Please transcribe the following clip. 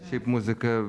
šiaip muzika